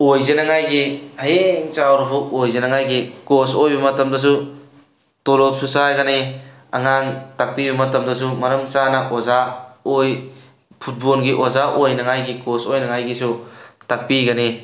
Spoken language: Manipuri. ꯑꯣꯏꯖꯅꯉꯥꯏꯒꯤ ꯍꯌꯦꯡ ꯆꯥꯎꯔꯐꯥꯎ ꯑꯣꯏꯖꯅꯉꯥꯏꯒꯤ ꯀꯣꯁ ꯑꯣꯏꯕ ꯃꯇꯝꯗꯁꯨ ꯇꯣꯂꯣꯞꯁꯨ ꯆꯥꯒꯅꯤ ꯑꯉꯥꯡ ꯇꯥꯛꯄꯤꯕ ꯃꯇꯝꯗꯁꯨ ꯃꯔꯝ ꯆꯥꯅ ꯑꯣꯖꯥ ꯑꯣꯏ ꯐꯨꯠꯕꯣꯜꯒꯤ ꯑꯣꯖꯥ ꯑꯣꯏꯅꯉꯥꯏꯒꯤ ꯀꯣꯁ ꯑꯣꯏꯅꯉꯥꯏꯒꯤꯁꯨ ꯇꯥꯛꯄꯤꯒꯅꯤ